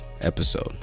episode